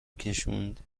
کشوند